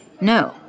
No